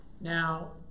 Now